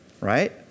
right